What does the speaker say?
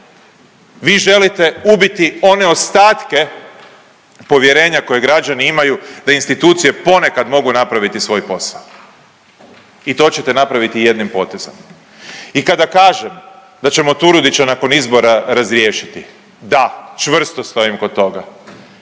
Vi želite ubiti one ostatke povjerenja koje građani imaju da institucije ponekad mogu napraviti svoj posao i to ćete napraviti jednim potezom. I kada kažem da ćemo Turudića nakon izbora razriješiti, da, čvrsto stojim kod toga.